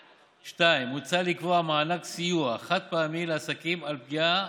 2. מוצע לקבוע מענק סיוע חד-פעמי לעסקים על פגיעה